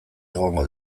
egongo